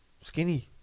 Skinny